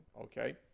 Okay